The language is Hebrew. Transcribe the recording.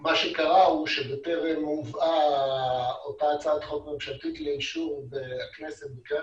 מה שקרה הוא שבטרם הובאה אותה הצעת חוק ממשלתית לאישור הכנסת בקריאה